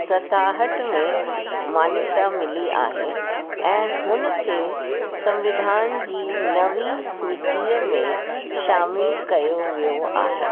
सताहठि में मान्यता मिली आहे ऐं हुन खे संविधान जी नवी सुचीअ में शामिलु कयो वियो आहे